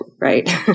right